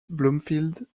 bloomfield